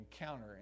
encounter